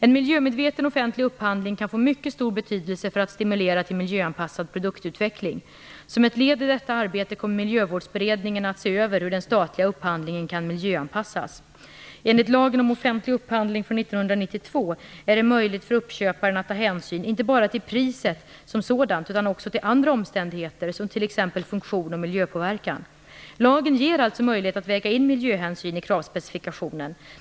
En miljömedveten offentlig upphandling kan få mycket stor betydelse för att stimulera till miljöanpassad produktutveckling. Som ett led i detta arbete kommer Miljövårdsberedningen att se över hur den statliga upphandlingen kan miljöanpassas. är det möjligt för uppköparen att ta hänsyn inte bara till priset som sådant utan också till andra omständigheter som t.ex. funktion och miljöpåverkan. Lagen ger också möjlighet att väga in miljöhänsyn i kravspecifikationen.